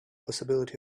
possibility